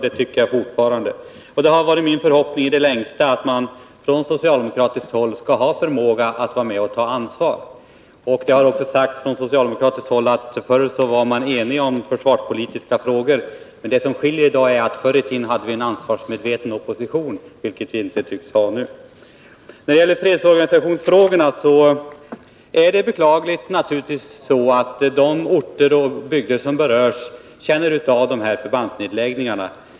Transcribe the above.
Det tycker jag fortfarande. Det har varit min förhoppning i det längsta att man från socialdemokratiskt håll skall ha förmåga att ta ansvar. Det har också sagts från socialdemokratiskt håll att man förut var enig i försvarspolitiska frågor. Men det som skiljer i dag är att vi förr i tiden hade en ansvarsmedveten opposition, vilket vi inte tycks ha nu. Beträffande fredsorganisationsfrågorna är det naturligtvis beklagligt att de orter och bygder som berörs känner av förbandsnedläggningarna.